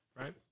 right